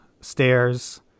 stairs